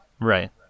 Right